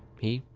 he,